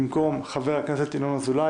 במקום חבר הכנסת ינון אזולאי,